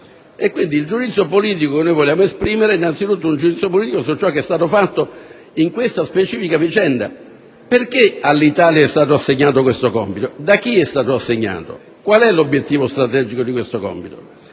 e quindi il giudizio politico che vogliamo esprimere è anzitutto su ciò che è stato fatto in questa specifica vicenda. Perché all'Italia è stato assegnato questo compito? Da chi è stato assegnato? Qual è l'obiettivo strategico di questo compito?